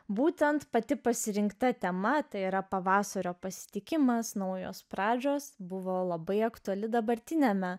būtent pati pasirinkta tema tai yra pavasario pasitikimas naujos pradžios buvo labai aktuali dabartiniame